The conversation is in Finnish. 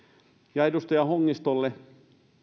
ja edustaja hongistolle